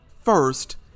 first